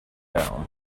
down